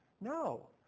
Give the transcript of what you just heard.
No